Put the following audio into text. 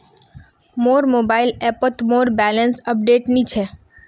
मोर मोबाइल ऐपोत मोर बैलेंस अपडेट नि छे